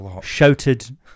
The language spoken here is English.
shouted